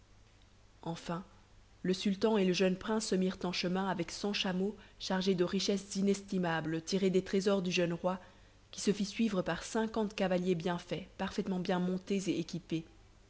enfin le sultan et le jeune prince se mirent en chemin avec cent chameaux chargés de richesses inestimables tirées des trésors du jeune roi qui se fit suivre par cinquante cavaliers bien faits parfaitement bien montés et équipés